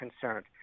concerned